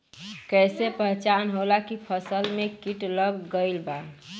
कैसे पहचान होला की फसल में कीट लग गईल बा?